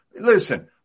listen